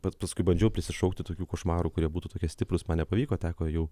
pats paskui bandžiau prisišaukti tokių košmarų kurie būtų tokie stiprūs man nepavyko teko jau